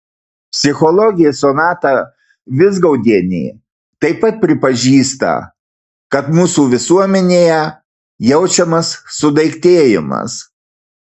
psichologė sonata vizgaudienė taip pat pripažįsta kad mūsų visuomenėje jaučiamas sudaiktėjimas